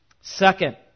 Second